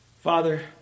Father